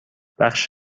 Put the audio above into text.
بخش